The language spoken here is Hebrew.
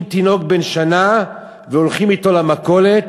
תינוק בן שנה והולכים אתו למכולת,